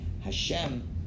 Hashem